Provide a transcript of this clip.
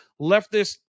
leftist